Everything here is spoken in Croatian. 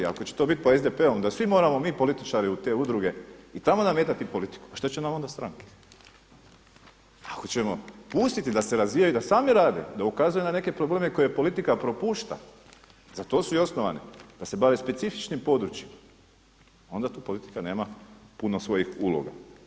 Ako će to biti po SDP-ovom da svi moramo mi političari u te udruge i tamo nametati politiku, pa šta će nam onda stranke ako ćemo pustiti da se razvijaju i da sami rade, da ukazuju na neke probleme koje politika propušta, za to su i osnovane, da se bave specifičnim područjima onda tu politika nema puno svojih uloga.